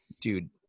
Dude